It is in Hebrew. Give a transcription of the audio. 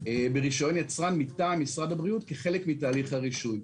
ברישיון יצרן מטעם משרד הבריאות כחלק מתהליך הרישוי.